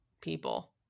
people